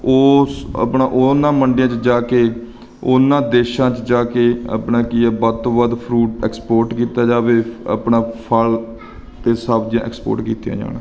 ਉਸ ਆਪਣਾ ਉਹਨਾਂ ਮੰਡੀਆਂ 'ਚ ਜਾ ਕੇ ਉਹਨਾਂ ਦੇਸ਼ਾਂ 'ਚ ਜਾ ਕੇ ਆਪਣਾ ਕੀ ਏ ਵੱਧ ਤੋਂ ਵੱਧ ਫਰੂਟ ਐਕਸਪੋਰਟ ਕੀਤਾ ਜਾਵੇ ਆਪਣਾ ਫਲ ਅਤੇ ਸਬਜ਼ੀਆਂ ਐਕਸਪੋਰਟ ਕੀਤੀਆਂ ਜਾਣ